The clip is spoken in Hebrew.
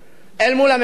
אל מול הממשלה.